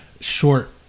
short